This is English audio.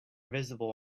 visible